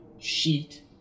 sheet